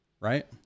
Right